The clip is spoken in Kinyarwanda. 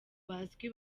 bazwi